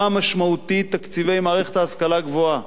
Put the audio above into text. משמעותית תקציבי מערכת ההשכלה הגבוהה,